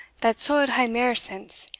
that suld hae mair sense,